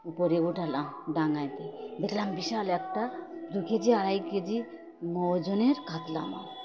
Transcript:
উপরে ওঠালাম ডাঙায় দেখলাম বিশাল একটা দু কেজি আড়াই কেজি জনের কাতলা মাছ